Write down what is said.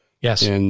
Yes